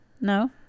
no